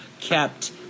kept